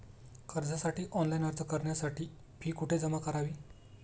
कर्जासाठी ऑनलाइन अर्ज करण्यासाठी फी कुठे जमा करावी?